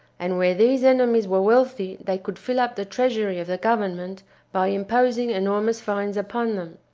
and where these enemies were wealthy they could fill up the treasury of the government by imposing enormous fines upon them.